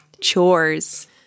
chores